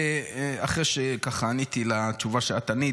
אחרי שעניתי על התשובה שאת ענית,